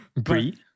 brie